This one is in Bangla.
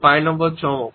5 নম্বর চমক